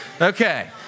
Okay